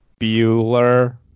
Bueller